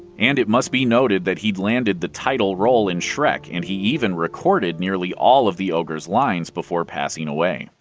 and it must be noted that he'd landed the title role in shrek, and he even recorded nearly all of the ogre's lines before passing away.